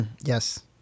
yes